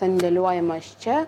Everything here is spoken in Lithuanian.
sandėliuojamas čia